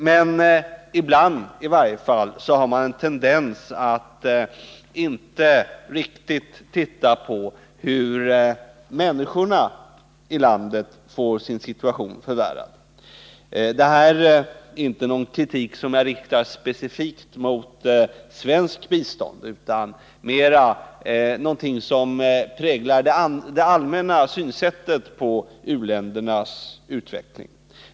Men i varje fall ibland har man en tendens att inte riktigt se på hur människorna i landet får sin situation förvärrad. Jag kritiserar inte här specifikt det svenska biståndet, utan detta är mera någonting som präglar det allmänna synsättet beträffande u-ländernas utveckling.